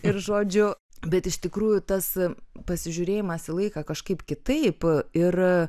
ir žodžiu bet iš tikrųjų tas pasižiūrėjimas į laiką kažkaip kitaip ir